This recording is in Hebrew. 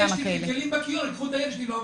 אם יש לי כלים בכיור, ייקחו את הילד שלי לאומנה.